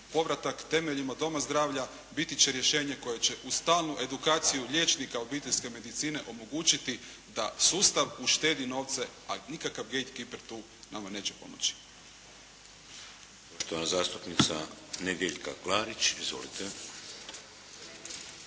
povratak temeljima doma zdravlja biti će rješenje koje će uz stalnu edukaciju liječnika obiteljske medicine omogućiti da sustav uštedi novce, a nikakav gate keeper tu nama neće pomoći.